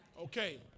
Okay